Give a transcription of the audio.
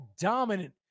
dominant